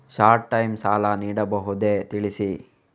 Short time ಸಾಲ ನೀಡಬಹುದೇ ತಿಳಿಸಿ?